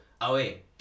away